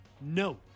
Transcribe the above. no